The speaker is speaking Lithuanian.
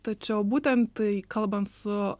tačiau būtent kalbant su